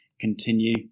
continue